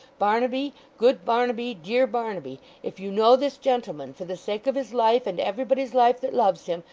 barnaby good barnaby dear barnaby if you know this gentleman, for the sake of his life and everybody's life that loves him,